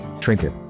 Trinket